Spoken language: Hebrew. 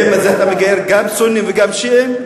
האם אתה מגייר גם סונים וגם שיעים?